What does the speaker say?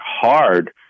hard